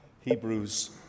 Hebrews